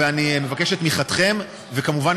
ואני מבקש את תמיכתכם וכמובן,